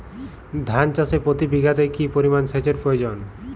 ধান চাষে প্রতি বিঘাতে কি পরিমান সেচের প্রয়োজন?